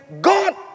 God